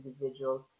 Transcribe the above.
individuals